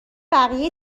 بقیه